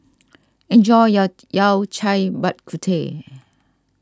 enjoy your Yao Cai Bak Kut Teh